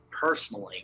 personally